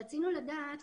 רצינו לדעת,